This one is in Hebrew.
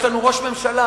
יש לנו ראש ממשלה